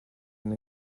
and